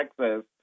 Texas